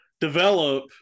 develop